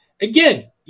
Again